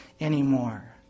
anymore